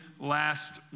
last